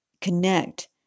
connect